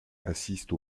assiste